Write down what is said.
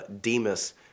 Demas